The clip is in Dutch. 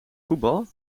voetbal